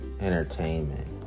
entertainment